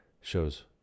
shows